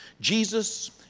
Jesus